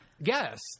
yes